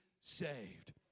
saved